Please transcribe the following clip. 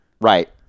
right